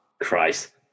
Christ